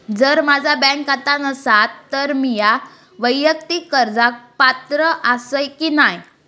जर माझा बँक खाता नसात तर मीया वैयक्तिक कर्जाक पात्र आसय की नाय?